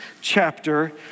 chapter